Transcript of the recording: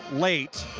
late,